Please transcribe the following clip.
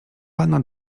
pana